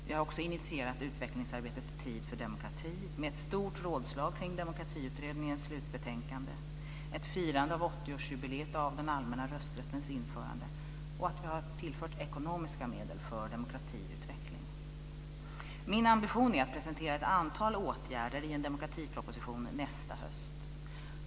Vi har också initierat utvecklingsarbetet Tid för demokrati med ett stort rådslag kring Demokratiutredningens slutbetänkande, ett firande av 80-årsjubileet av den allmänna rösträttens införande och tillfört ekonomiska medel för demokratiutveckling. Min ambition är att presentera ett antal åtgärder i en demokratiproposition nästa höst.